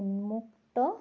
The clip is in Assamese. উন্মুক্ত